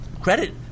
credit